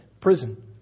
prison